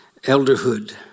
elderhood